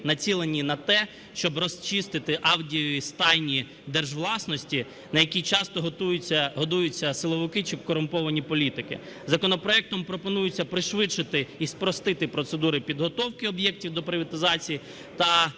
націлені на те, щоб розчистити авгієві стайні держвласності, на якій часто годуються силовики чи корумповані політики. Законопроектом пропонується пришвидшити і спростити процедури підготовки об'єктів до приватизації